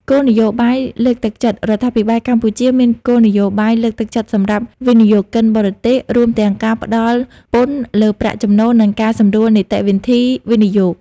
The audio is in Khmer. គោលនយោបាយលើកទឹកចិត្ត រដ្ឋាភិបាលកម្ពុជាមានគោលនយោបាយលើកទឹកចិត្តសម្រាប់វិនិយោគិនបរទេស រួមទាំងការផ្ដល់ពន្ធលើប្រាក់ចំណូល និងការសម្រួលនីតិវិធីវិនិយោគ។